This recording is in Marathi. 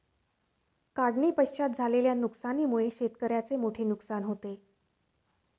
काढणीपश्चात झालेल्या नुकसानीमुळे शेतकऱ्याचे मोठे नुकसान होते